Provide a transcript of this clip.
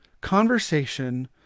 conversation